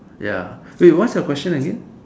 ya wait what's your question again